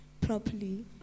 properly